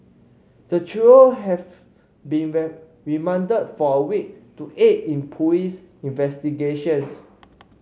the trio have been remanded for a week to aid in police investigations